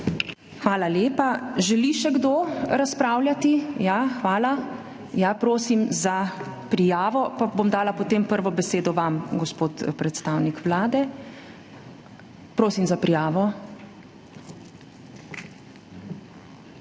Hvala lepa. Želi še kdo razpravljati? Ja, hvala. Prosim za prijavo, pa bom dala potem prvo besedo vam, gospod predstavnik Vlade. Prosim za prijavo.